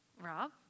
Rob